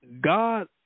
God